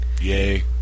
Yay